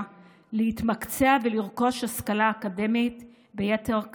להתמקצע ולרכוש השכלה אקדמית ביתר קלות.